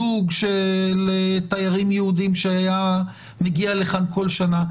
זוג תיירים יהודים שהיה מגיע לכאן כל שנה,